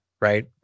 Right